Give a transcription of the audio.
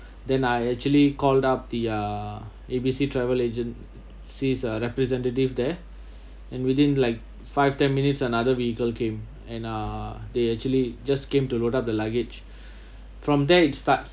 then I actually called up the uh A B C travel agency uh representative there and within like five ten minutes another vehicle came and uh they actually just came to load up the luggage from there it starts